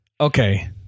Okay